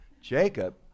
Jacob